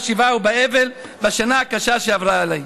בשבעה ובאבל בשנה הקשה שעברה עליי.